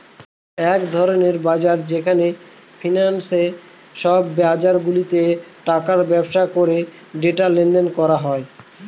এক ধরনের বাজার যেখানে ফিন্যান্সে সব বাজারগুলাতে টাকার ব্যবসা করে ডেটা লেনদেন করে